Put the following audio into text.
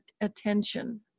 attention